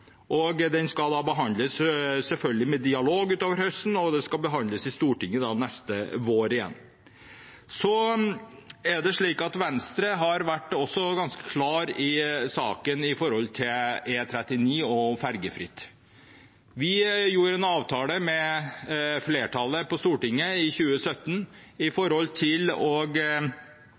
skal dialog utover høsten, og så skal saken behandles i Stortinget neste vår. Venstre har vært ganske klar i saken når det gjelder fergefri E39. Vi gjorde en avtale med flertallet på Stortinget i 2017 om å starte Rogfast, Hordfast og Møreaksen i første periode. Det står vi ved helt til